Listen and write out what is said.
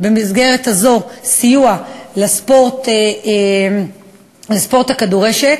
סיוע לספורט הכדורשת,